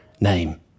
name